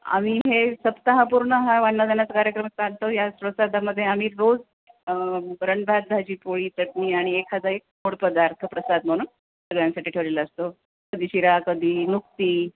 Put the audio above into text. आम्ही हे सप्ताहा पूर्ण हा भजनावजनाचा कार्यक्रम चालतो याच प्रसादामध्ये आम्ही रोज वरणभात भााजी पोळी चटणी आणि एखादा एक गोड पदार्थ प्रसाद म्हणून सगळ्यांसाठी ठेवलेला असतो कधी शिरा कधी नुक्ती